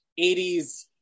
80s